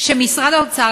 שמשרד האוצר,